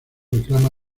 reclama